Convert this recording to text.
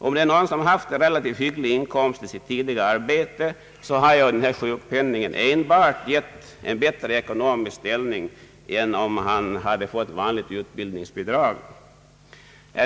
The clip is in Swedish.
Om en person haft relativt hygglig inkomst av sitt tidigare arbete, så har enbart sjukpenningen givit honom en bättre ekonomisk ställning än om han hade fått vanligt utbildningsbidrag.